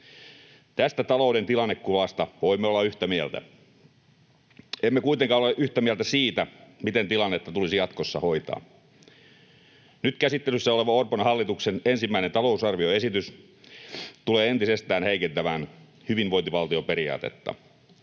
Tästä talouden tilannekuvasta voimme olla yhtä mieltä. Emme kuitenkaan ole yhtä mieltä siitä, miten tilannetta tulisi jatkossa hoitaa. Nyt käsittelyssä oleva Orpon hallituksen ensimmäinen talousarvioesitys tulee entisestään heikentämään hyvinvointivaltioperiaatetta,